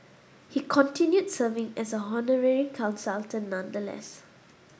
he continued serving as an honorary consultant nonetheless